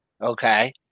Okay